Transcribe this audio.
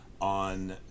on